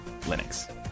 Linux